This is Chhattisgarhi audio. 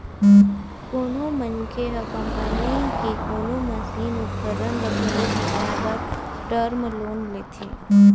कोनो मनखे ह कंपनी के कोनो मसीनी उपकरन ल घलो बिसाए बर टर्म लोन लेथे